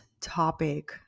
topic